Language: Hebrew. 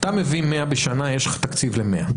אתה מביא 100 בשנה, יש לך תקציב ל-100.